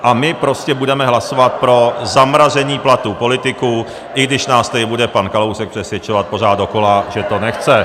A my prostě budeme hlasovat pro zamražení platů politiků, i když nás tady bude pan Kalousek přesvědčovat pořád dokola, že to nechce.